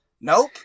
Nope